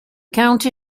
county